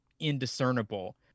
indiscernible